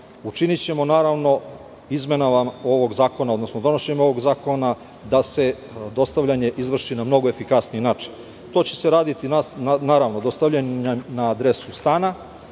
učinićemo naravno izmenama ovog zakona, odnosno donošenjem ovog zakona da se dostavljanje izvrši na mnogo efikasniji način. To će se raditi naravno dostavljanjem na adresu stana,